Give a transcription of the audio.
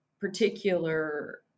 particular